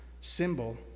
symbol